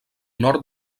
nord